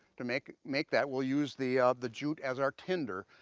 to make make that we'll use the the jute as our tinder,